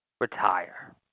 Retire